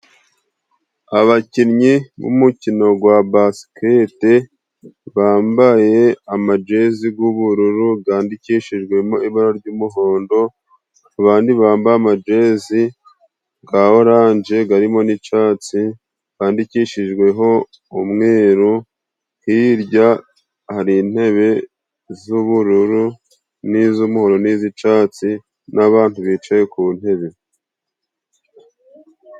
Abakinnyi b'umukino gwa basikete bambaye amajezi g'ubururu gandikishijwemo ibara ry'umuhondo, abandi bambaye amajezi ga oranje garirimo n'icatsi bandikishijweho umweru, hirya hari intebe z'ubururu n'iz'umuhondo n'iz'icatsi, n'abantu bicaye ku ntebe.